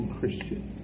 Christian